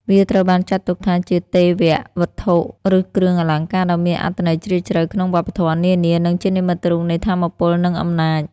វាត្រូវបានចាត់ទុកថាជាទេវវត្ថុឬគ្រឿងអលង្ការដ៏មានអត្ថន័យជ្រាលជ្រៅក្នុងវប្បធម៌នានា និងជានិមិត្តរូបនៃថាមពល និងអំណាច។